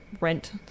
rent